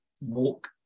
walk